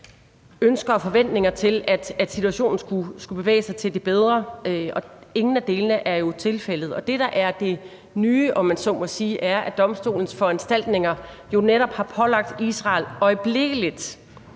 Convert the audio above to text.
ønsker og forventninger til, at situationen skulle bevæge sig mod det bedre, og ingen af delene er jo tilfældet. Det, der er det nye, om man så må sige, er, at domstolens foranstaltninger netop har pålagt Israel øjeblikkeligt